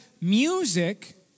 music